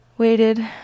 waited